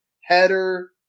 header